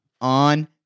on